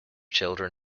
children